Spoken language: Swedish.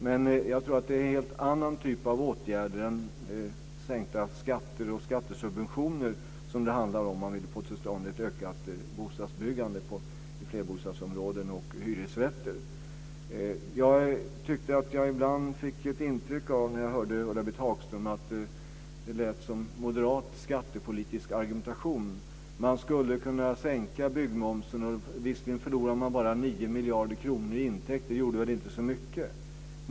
Men jag tror att det är en helt annan typ av åtgärder än sänkta skatter och skattesubventioner som det handlar om ifall man vill få till stånd ett ökat bostadsbyggande i flerbostadsområden och av hyresrätter. När jag hörde Ulla-Britt Hagström fick jag ibland intrycket att det rörde sig om moderat skattepolitisk argumentation. Hon säger att man skulle kunna sänka byggmomsen. Visserligen förlorar man 9 miljarder kronor i intäkter, men det gör väl inte så mycket? menar hon.